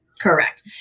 Correct